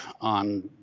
on